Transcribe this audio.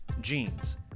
jeans